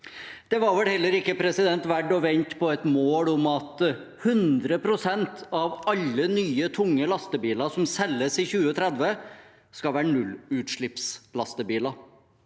Det var vel heller ikke verdt å vente på et mål om at 100 pst. av alle nye tunge lastebiler som selges i 2030, skal være nullutslippslastebiler.